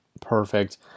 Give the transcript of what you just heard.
perfect